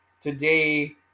today